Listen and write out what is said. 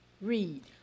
read